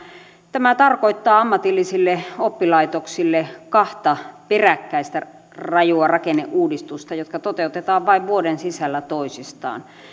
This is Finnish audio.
tämä tarkoittaa ammatillisille oppilaitoksille kahta peräkkäistä rajua rakenneuudistusta jotka toteutetaan vain vuoden sisällä toisistaan